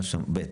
ב',